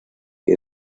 que